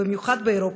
במיוחד באירופה,